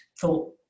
thought